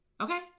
Okay